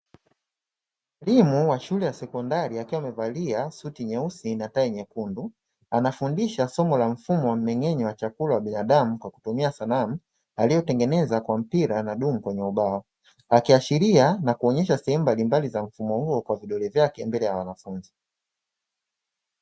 Mwalimu wa shule ya sekondari akiwa amevalia suti nyeusi na tai nyekundu anafundisha somo la mfumo wa mmeng’enyo wa chakula wa binadamu kwa kutumia sanamu aliyotengeneza kwa mpira na dumu kwenye ubao. Akiashiria na kuonyesha sehemu mbalimbali kwa vidole vyake mbele ya wanafunzi.